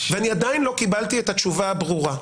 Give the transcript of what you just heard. אני עדיין לא קיבלתי את התשובה הברורה,